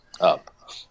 up